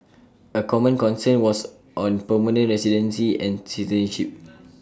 A common concern was on permanent residency and citizenship